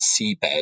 seabed